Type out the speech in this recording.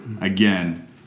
again